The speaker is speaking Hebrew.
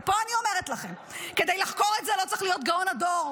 ופה אני אומרת לכם שכדי לחקור את זה לא צריך להיות גאון הדור,